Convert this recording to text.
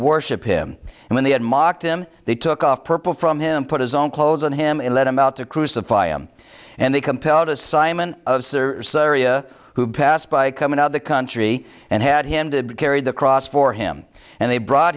worship him and when they had mocked him they took off purple from him put his own clothes on him and let him out to crucify him and they compelled assignment of syria who passed by coming out of the country and had handed carry the cross for him and they brought